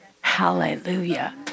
Hallelujah